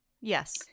Yes